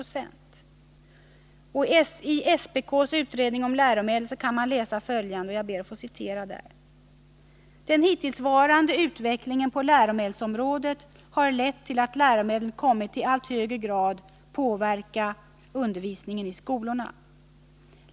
I statens prisoch kartellnämnds utredning om läromedel kan man läsa följande: ”Den hittillsvarande utvecklingen på läromedelsområdet har lett till att läromedlen kommit i allt högre grad påverka undervisningen i skolorna.